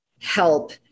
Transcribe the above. help